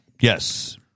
Yes